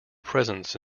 presence